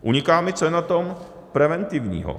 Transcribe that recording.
Uniká mi, co je na tom preventivního.